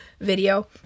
video